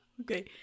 Okay